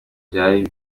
byari